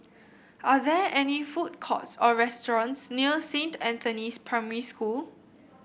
are there any food courts or restaurants near Saint Anthony's Primary School